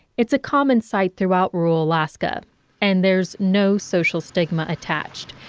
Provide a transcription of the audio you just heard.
it's a common sight throughout rural alaska and there's no social stigma attached.